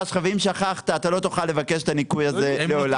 שלך ואם שכחת אתה לא תוכל לבקש את הניכוי הזה לעולם,